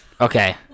Okay